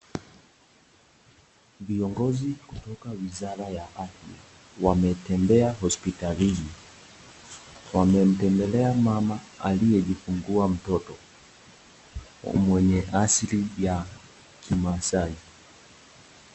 Viongozi kutoka wizara ya afya, wametembea hospitalini. Wamemtembelea mama aliyejifungua mtoto. Mwenye asili ya kimasai.